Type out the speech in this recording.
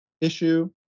issue